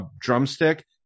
drumstick